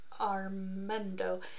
Armando